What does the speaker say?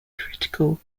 critical